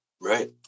right